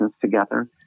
together